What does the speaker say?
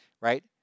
right